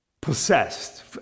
possessed